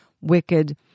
wicked